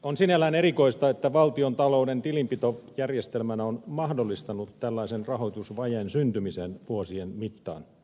on sinällään erikoista että valtiontalouden tilinpito järjestelmänä on mahdollistanut tällaisen rahoitusvajeen syntymisen vuosien mittaan